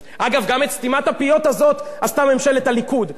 בשנות ה-90 המוקדמות: היא פתחה את השוק לתחרות,